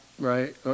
right